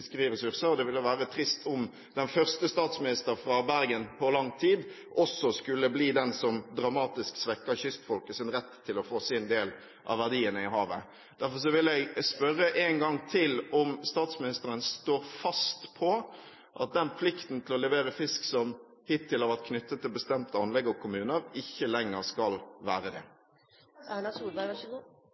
og det ville vært trist om den første statsministeren fra Bergen på lang tid også skulle bli den som dramatisk svekker kystfolkets rett til å få sin del av verdiene i havet. Derfor vil jeg spørre en gang til om statsministeren står fast på at den plikten til å levere fisk som hittil har vært knyttet til bestemte anlegg og kommuner, ikke lenger skal være det?